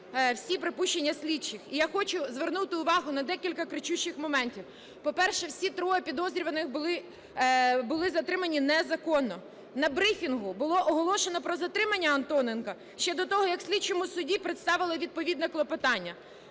всі припущення слідчих. І я хочу звернути увагу на декілька кричущих моментів. По-перше, всі троє підозрюваних були затримані незаконно. На брифінгу було оголошено про затримання Антоненка ще до того, як слідчому судді представили відповідне клопотання.